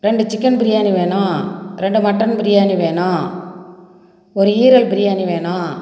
ரெண்டு சிக்கென் பிரியாணி வேணும் ரெண்டு மட்டன் பிரியாணி வேணும் ஒரு ஈரல் பிரியாணி வேணும்